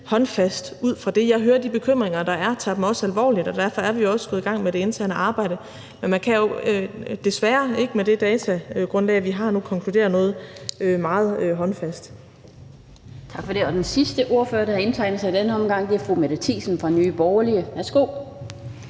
håndfast ud fra det. Jeg hører de bekymringer, der er, og tager dem også alvorligt, og derfor er vi også gået i gang med det interne arbejde. Men man kan jo desværre ikke med det datagrundlag, vi har nu, konkludere noget meget håndfast.